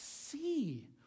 see